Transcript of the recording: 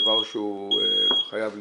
דבר שהוא חייב להיות.